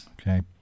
Okay